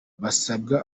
basabwa